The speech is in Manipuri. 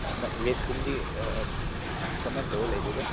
ꯑꯃ ꯔꯦꯠꯀꯨꯝꯕꯗꯤ ꯀꯃꯥꯏ ꯇꯧꯔ ꯂꯩꯕ꯭ꯔꯥꯀꯣ